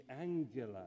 angular